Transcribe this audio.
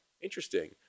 Interesting